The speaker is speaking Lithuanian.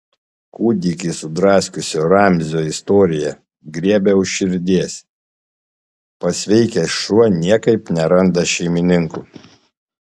kūdikį sudraskiusio ramzio istorija griebia už širdies pasveikęs šuo niekaip neranda šeimininkų